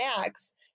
max